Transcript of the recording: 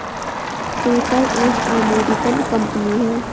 PayPal एक American company है